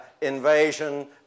invasion